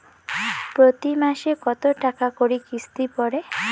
প্রতি মাসে কতো টাকা করি কিস্তি পরে?